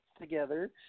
together